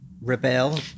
Rebel